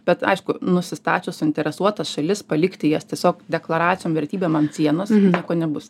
bet aišku nusistačius suinteresuotas šalis palikti jas tiesiog deklaracijom vertybėm ant sienos nieko nebus